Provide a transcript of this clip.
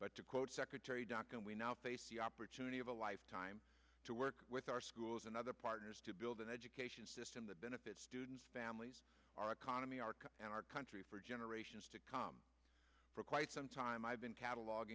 but to quote secretary duncan we now face the opportunity of a lifetime to work with our schools and other partners to build an education system that benefits students families our economy our cars and our country for generations to come for quite some time i've been